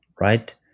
right